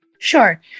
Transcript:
Sure